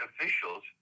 officials